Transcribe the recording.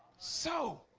so